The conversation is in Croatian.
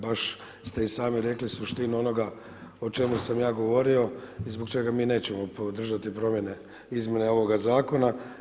Baš ste i sami rekli suštinu onoga o čemu sam ja govorio i zbog čega mi nećemo podržati promjene izmjena ovoga zakona.